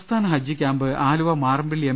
സംസ്ഥാന ഹജ്ജ് camp Aluva Marampilly M